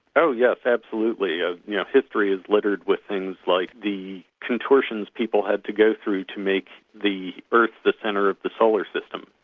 oh yes, absolutely. ah yeah history is littered with things like the contortions people had to go through to make the earth the centre of the solar system.